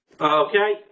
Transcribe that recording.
Okay